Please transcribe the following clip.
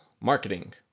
Marketing